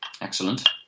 excellent